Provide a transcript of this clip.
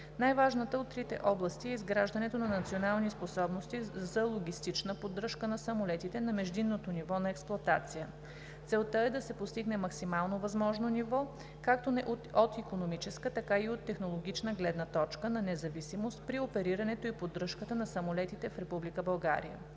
Най-важната от трите области е изграждането на национални способности за логистична поддръжка на самолетите на междинното ниво на експлоатация. Целта е да се постигне максимално възможно ниво, както от икономическа, така и от технологична гледна точка на независимост при оперирането и поддръжката на самолетите в